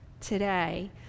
today